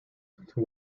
who